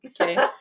okay